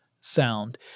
sound